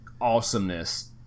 awesomeness